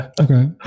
Okay